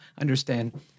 understand